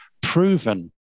proven